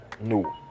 No